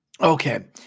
Okay